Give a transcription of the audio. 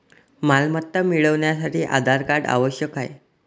मालमत्ता मिळवण्यासाठी आधार कार्ड आवश्यक आहे